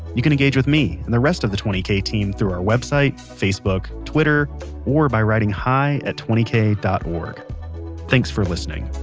you can engage with me and the rest of the twenty kay team through our website, facebook, twitter or by writing hi at twenty kay dot org thanks for listening